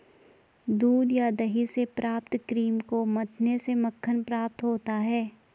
दूध या दही से प्राप्त क्रीम को मथने से मक्खन प्राप्त होता है?